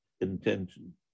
intention